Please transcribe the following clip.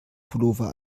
pullover